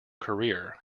career